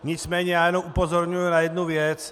Nicméně jen upozorňuji na jednu věc.